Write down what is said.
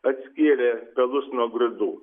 atskyrė pelus nuo grūdų